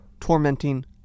tormenting